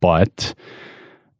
but